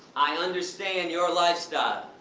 i understand your lifestyle,